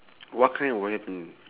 what kind of weapon